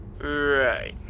Right